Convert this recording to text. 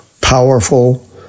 powerful